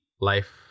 life